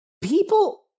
people